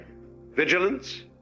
vigilance